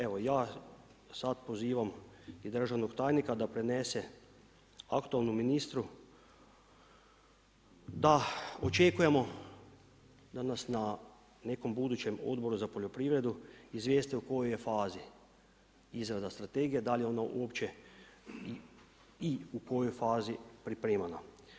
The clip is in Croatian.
Evo ja sada pozivam i državnog tajnika da prenese aktualnom ministru da očekujemo da nas na nekom budućem Odboru za poljoprivredu izvijeste u kojoj je fazi izrada strategije, da li je ona uopće i u kojoj fazi pripremana.